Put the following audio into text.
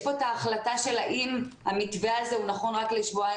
כאן את ההחלטה של האם המתווה הזה הוא נכון רק לשבועיים